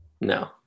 No